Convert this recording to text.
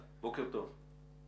בוקר טוב.